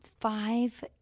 five